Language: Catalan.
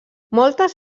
moltes